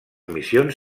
missions